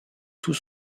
tout